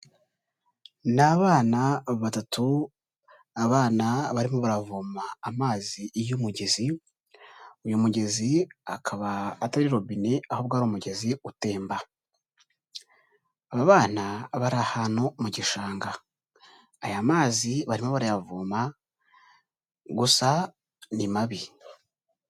Ni abana batatu, abana barimo baravoma amazi y'umugezi, uyu mugezi akaba atari robine ahubwo ari umugezi utemba, abana bari ahantu mu gishanga, aya mazi barimo barayavoma gusa ni mabi.